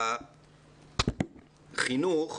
החינוך,